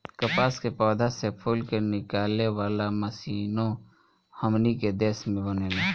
कपास के पौधा से फूल के निकाले वाला मशीनों हमनी के देश में बनेला